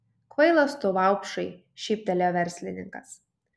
kvailas tu vaupšai šyptelėjo verslininkas